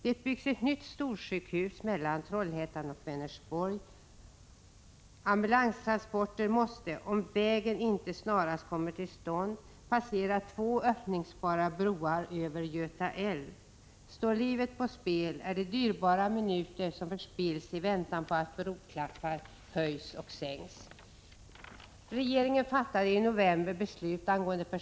Det byggs ett nytt storsjukhus mellan Trollhättan och Vänersborg. Ambulanstransporter måste, om vägen inte snarast kommer till stånd, passera två öppningsbara broar över Göta älv.